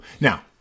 Now